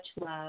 love